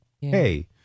Hey